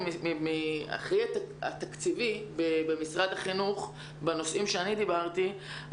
התקציבי במשרד החינוך בנושאים שאני דיברתי,